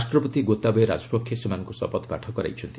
ରାଷ୍ଟ୍ରପତି ଗୋତାବୟେ ରାଜପକ୍ଷେ ସେମାନଙ୍କୁ ଶପଥପାଠ କରାଇଛନ୍ତି